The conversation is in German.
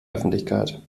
öffentlichkeit